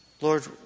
Lord